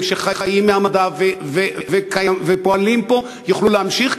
שחיים מהמדע ופועלים פה יוכלו להמשיך,